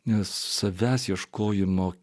nes savęs ieškojimo